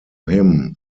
him